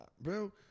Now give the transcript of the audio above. bro